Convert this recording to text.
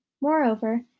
moreover